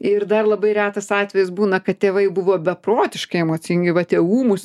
ir dar labai retas atvejis būna kad tėvai buvo beprotiški emocingai va tie ūmūs